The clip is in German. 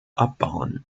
abbauen